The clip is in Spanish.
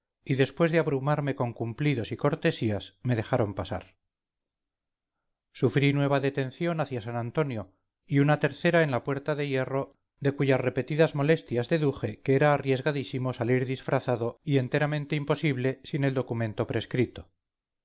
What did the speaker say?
y después de abrumarme con cumplidos y cortesías me dejaron pasar sufrí nueva detención hacia san antonio y una tercera en la puerta de hierro de cuyas repetidas molestias deduje que era arriesgadísimo salir disfrazado y enteramente imposible sin el documento prescrito